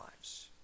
lives